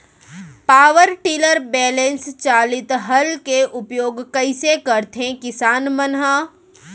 Power tiller balance चालित हल के उपयोग कइसे करथें किसान मन ह?